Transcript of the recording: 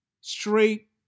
Straight